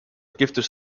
giftig